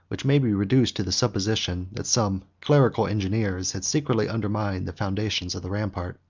which may be reduced to the supposition, that some clerical engineers had secretly undermined the foundations of the rampart.